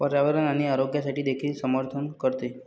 पर्यावरण आणि आरोग्यासाठी देखील समर्थन करते